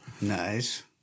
nice